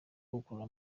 gukurura